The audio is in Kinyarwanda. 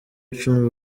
icumi